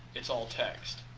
it's all text.